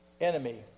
enemy